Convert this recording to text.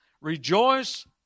Rejoice